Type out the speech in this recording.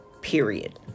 period